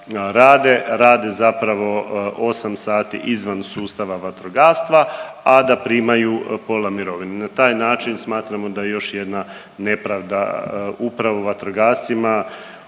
rade zapravo 8 sati izvan sustava vatrogastva, a da primaju pola mirovine. Na taj način smatramo da još jedna nepravda upravo vatrogascima